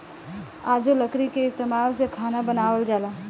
आजो लकड़ी के इस्तमाल से खाना बनावल जाला